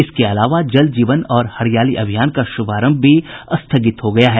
इसके अलावा जल जीवन और हरियाली अभियान का शुभारंभ भी स्थगित हो गया है